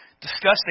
disgusting